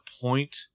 point